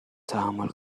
تحمل